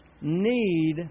need